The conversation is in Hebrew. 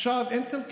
עכשיו אין כאן קשב,